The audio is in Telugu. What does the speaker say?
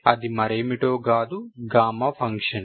అది మరేమిటో కాదు గామా ఫంక్షన్